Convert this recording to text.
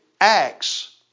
acts